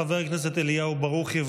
חבר הכנסת אליהו ברוכי,